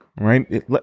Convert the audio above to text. Right